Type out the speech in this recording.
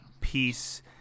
peace